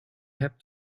hebt